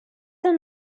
and